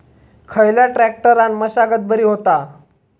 खयल्या ट्रॅक्टरान मशागत बरी होता?